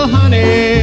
honey